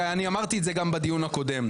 ואני אמרתי את זה גם בדיון הקודם,